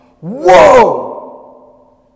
Whoa